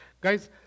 Guys